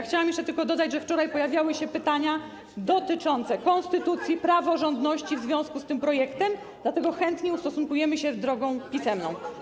Chciałabym jeszcze tylko dodać, że wczoraj pojawiały się pytania dotyczące konstytucji, praworządności w związku z tym projektem, dlatego chętnie ustosunkujemy się drogą pisemną.